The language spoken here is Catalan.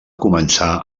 començà